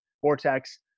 Vortex